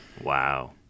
Wow